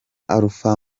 alpha